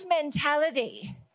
mentality